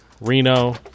Reno